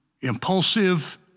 impulsive